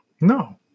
No